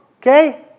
Okay